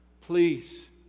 Please